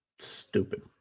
stupid